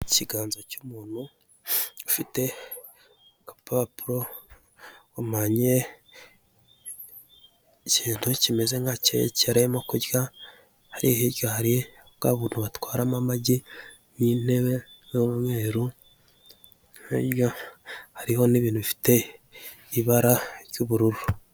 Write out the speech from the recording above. Ikirangantego cy'igihugu cy'u Rwanda, harimo idirishya, ibirahure, n'ibyuma ku mpande kumagambo yanditse y'umukara mu rurimi rw'icyongereza.